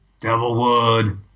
Devilwood